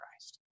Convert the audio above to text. Christ